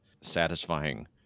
satisfying